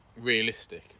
realistic